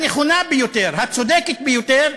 הנכונה ביותר, הצודקת ביותר,